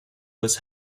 was